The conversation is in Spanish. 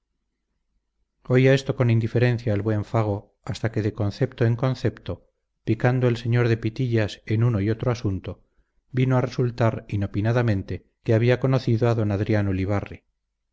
oía esto con indiferencia el buen fago hasta que de concepto en concepto picando el sr de pitillas en uno y otro asunto vino a resultar inopinadamente que había conocido a d adrián ulibarri